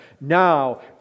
Now